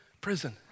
prison